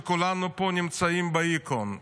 וכולנו פה נמצאים בהיכון.